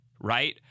right